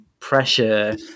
pressure